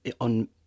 on